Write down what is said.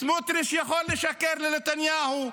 סמוטריץ' יכול לשקר לנתניהו.